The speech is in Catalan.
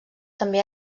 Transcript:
també